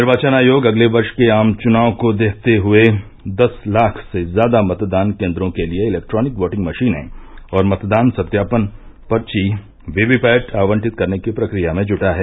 निर्वाचन आयोग अगले वर्ष के आम चुनाव को देखते हुए दस लाख से ज्यादा मतदान केन्द्रों के लिए इलेक्ट्रॉनिक वोटिंग मशीनें और मतदान सत्यापन पर्ची वीवीपैट आवंटित करने की प्रक्रिया में जुटा है